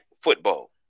Football